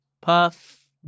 puff